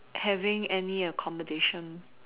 having any accommodation